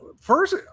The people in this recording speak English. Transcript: First